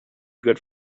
good